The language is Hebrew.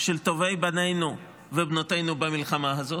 של טובי בנינו ובנותינו במלחמה הזאת,